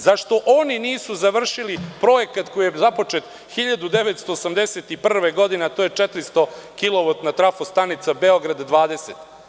Zašto oni nisu završili projekat koji je započet 1981. godine, a to je 400-o kilovatna trafostanica Beograd-20?